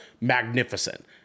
Magnificent